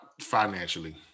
financially